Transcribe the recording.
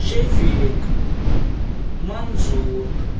شفیق منظوٗر